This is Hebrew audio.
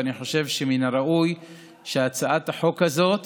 ואני חושב שמן הראוי שהצעת החוק הזאת